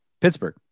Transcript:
Pittsburgh